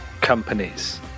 companies